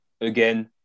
again